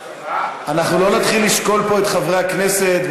אנחנו לא נתחיל לשקול פה את חברי הכנסת,